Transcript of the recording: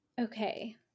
Okay